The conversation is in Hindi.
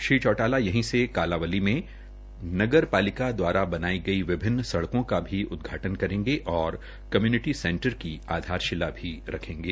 श्री चौटाला यही से कालांवाली मे नगरपालिका द्वारा बनाई गई विभिन्न सड़कों का उदघाटन क्ररेंगे और कम्यूनिटी सेंटर की आधारशिला भी रखेंगे